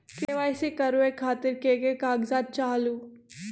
KYC करवे खातीर के के कागजात चाहलु?